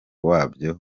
wabyo